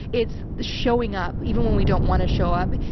it's showing up even when we don't want to show up.